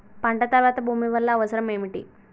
పంట తర్వాత భూమి వల్ల అవసరం ఏమిటి?